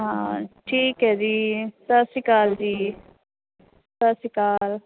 ਹਾਂ ਠੀਕ ਹੈ ਜੀ ਸਤਿ ਸ਼੍ਰੀ ਅਕਾਲ ਜੀ ਸਤਿ ਸ਼੍ਰੀ ਅਕਾਲ